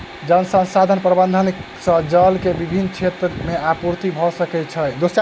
जल संसाधन प्रबंधन से जल के विभिन क्षेत्र में आपूर्ति भअ सकै छै